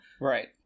Right